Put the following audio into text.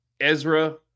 Ezra